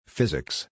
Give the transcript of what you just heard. Physics